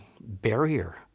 barrier